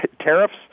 tariffs